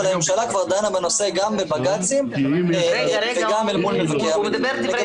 אבל הממשלה כבר דנה בנושא גם בבג"צים וגם אל מול מבקר המדינה.